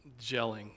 gelling